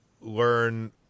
learn